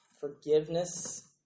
forgiveness